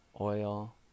oil